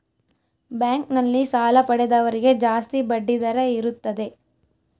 bank ನಲ್ಲಿ ಸಾಲ ಪಡೆದವರಿಗೆ ಜಾಸ್ತಿ ಬಡ್ಡಿ ದರ ಇರುತ್ತದೆ